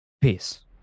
Peace